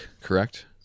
correct